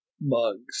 mugs